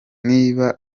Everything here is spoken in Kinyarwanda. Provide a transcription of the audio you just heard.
niba